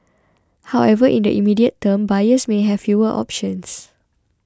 however in the immediate term buyers may have fewer options